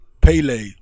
Pele